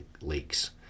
leaks